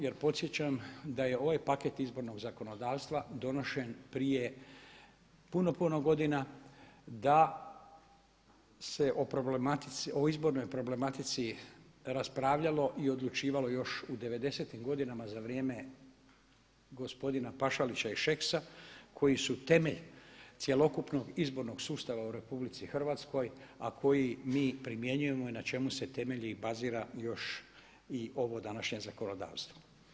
Jer podsjećam da je ovaj paket izbornog zakonodavstva donesen prije puno, puno godina, da se o izbornoj problematici raspravljalo i odlučivalo još u '90-im godinama za vrijeme gospodina Pašalića i Šeksa koji su temelj cjelokupnog izbornog sustava u RH, a koji mi primjenjujemo i na čemu se temelji i bazira još i ovo današnje zakonodavstvo.